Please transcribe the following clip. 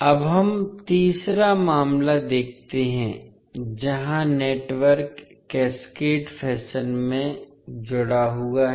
अब हम तीसरा मामला देखते हैं जहां नेटवर्क कैस्केड फैशन से जुड़ा हुआ है